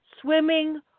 swimming